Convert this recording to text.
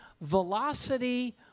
velocity